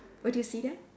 what do you see there